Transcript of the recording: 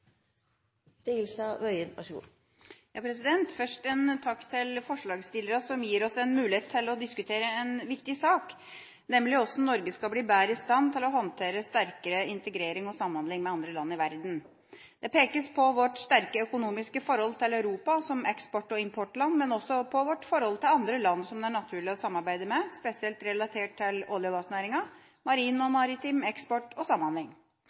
Først en takk til forslagsstillerne som gir oss en mulighet til å diskutere en viktig sak, nemlig hvordan Norge skal bli bedre i stand til å håndtere sterkere integrering og samhandling med andre land i verden. Det pekes på vårt sterke økonomiske forhold til Europa som eksport- og importland, men også på vårt forhold til andre land som det er naturlig å samarbeide med, spesielt relatert til olje- og gassnæringa, marin og maritim eksport og samhandling.